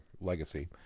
Legacy